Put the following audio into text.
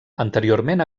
anteriorment